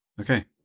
Okay